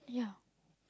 yeah